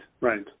right